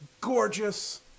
gorgeous